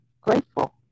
grateful